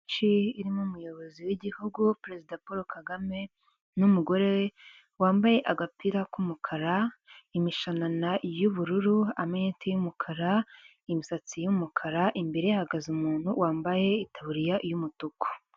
Irimo umuyobozi w'gihugu perezida Paul Kagame n'umugore we wambaye agapira k'umukara ,imishanana y'ubururu, amarinete y'umukara, imisatsi isa umukara ,imbere hahagaze umuntu wambaye itabuririya y'umutuku.